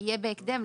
יהיה בהקדם,